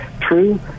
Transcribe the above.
true